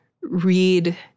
read